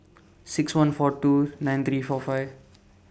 six one four two nine three four five